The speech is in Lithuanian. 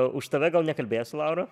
už tave gal nekalbėsiu laura